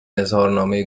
اظهارنامه